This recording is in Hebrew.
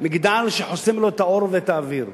על הקלה או על תוכנית בנייה בשני עיתונים יומיים לפחות.